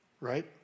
right